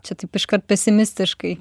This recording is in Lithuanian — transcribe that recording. čia taip iškart pesimistiškai